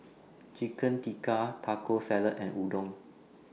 Chicken Tikka Taco Salad and Udon